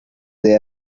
they